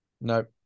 Nope